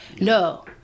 No